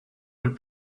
would